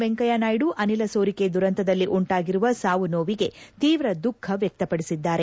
ವೆಂಕಯ್ಯನಾಯ್ಡು ಅನಿಲ ಸೋರಿಕೆ ದುರಂತದಲ್ಲಿ ಉಂಟಾಗಿರುವ ಸಾವು ನೋವಿಗೆ ತೀವ್ರ ದುಃಖ ವ್ಯಕ್ತಪಡಿಸಿದ್ದಾರೆ